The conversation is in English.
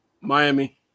Miami